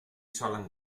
solen